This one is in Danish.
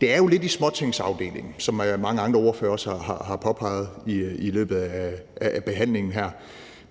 Det er jo lidt i småtingsafdelingen, som mange andre ordførere også har påpeget i løbet af behandlingen her,